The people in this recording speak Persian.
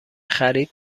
خرید